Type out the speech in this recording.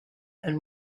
and